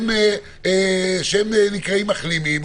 שהם נקראים נחלמים,